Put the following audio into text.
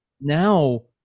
now